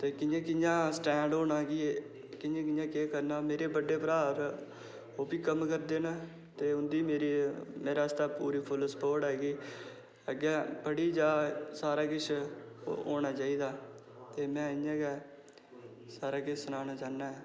ते कि'यां कि'यां स्टैंड होना कि एह् कि'यां कि'यां केह् करना मेरे बड्डे भ्राऽ होर ओह् बी कम्म करदे न ते उं'दी मेरे आस्तै पूरी फुल्ल स्पोर्ट ऐ कि अग्गें पढ़ी जा सारा किश होना चाहिदा ते में इ'यां गै सारा किश सनाना चाह्न्नां ऐ